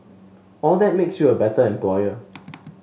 all that makes you a better employer